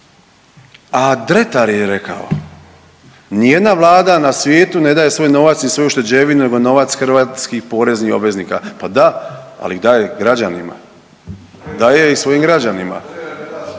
A Dretar je rekao ni jedna vlada na svijetu ne daje svoj novac i svoj ušteđevinu nego novac hrvatskih poreznih obveznika, pa da ali ih daje građanima, daje ih svojim građanima.